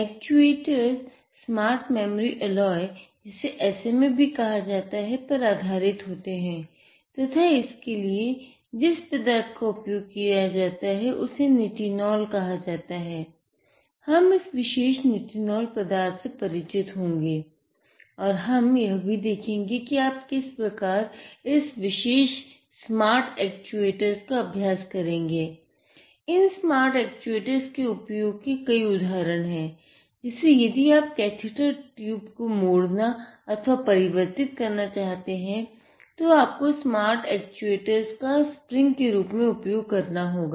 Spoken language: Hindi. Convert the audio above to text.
एक्चुएटोर्स स्मार्ट मेमोरी एलाय का स्प्रिंग के रूप में उपयोग करना पड़ेगा